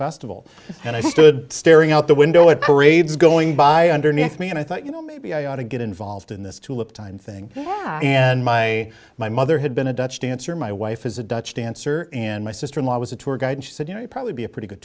stood staring out the window at parades going by underneath me and i thought you know maybe i ought to get involved in this tulip time thing yeah and my my mother had been a dutch dancer my wife is a dutch dancer in my sister in law was a tour guide and she said you know you probably be a pretty good